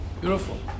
Beautiful